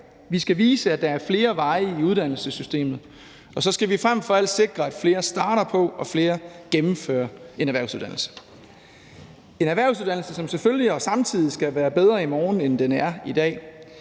vi skal vise, at der er flere veje i uddannelsessystemet, og så skal vi frem for alt sikre, at flere starter på og flere gennemfører en erhvervsuddannelse – en erhvervsuddannelse, som selvfølgelig og samtidig skal være bedre i morgen, end den er i dag;